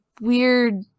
weird